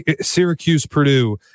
Syracuse-Purdue